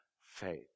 faith